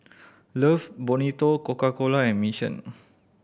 Love Bonito Coca Cola and Mission